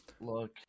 Look